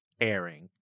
airing